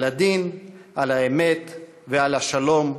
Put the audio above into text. על הדין, על האמת ועל השלום",